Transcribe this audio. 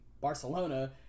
barcelona